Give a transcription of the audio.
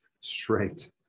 straight